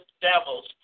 devils